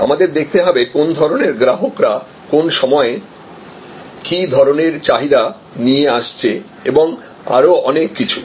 আমাদের দেখতে হবে কোন ধরণের গ্রাহকরা কোন সময়ে কী ধরণের চাহিদা নিয়ে আসছে এবং আরও অনেক কিছু